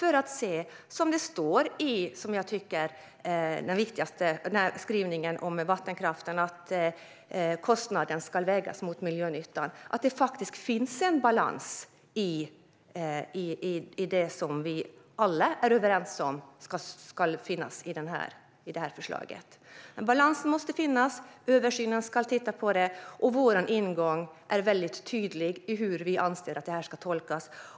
I vad jag tycker är den viktigaste skrivningen om vattenkraften står det att kostnaden ska vägas mot miljönyttan. Vi måste säkerställa att det finns en balans i det som vi alla är överens om ska gälla i förslaget. En balans måste finnas, översynen ska titta på det och vår ingång är tydlig i hur vi anser att detta ska tolkas.